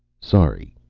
sorry.